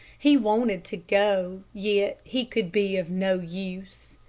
he wanted to go, yet he could be of no use.